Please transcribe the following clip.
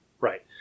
Right